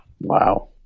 Wow